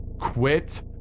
Quit